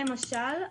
למשל,